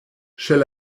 shall